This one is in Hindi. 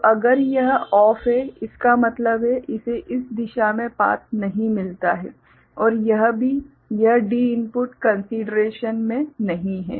तो अगर यह OFF है इसका मतलब है इसे इस दिशा में पाथ नहीं मिलता है और यह भी यह D इनपुट कंसिडरेशन में नहीं है